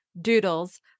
doodles